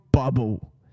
Bubble